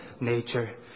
nature